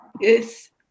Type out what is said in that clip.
Yes